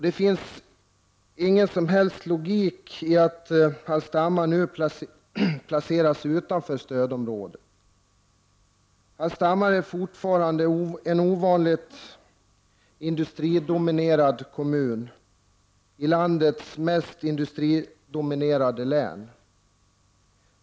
Det finns ingen som helst logik i att Hallstahammar placeras utanför stödområdet. Hallstahammar är fortfarande en ovanligt industridominerad kommun i landets mest industridominerade län.